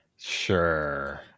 sure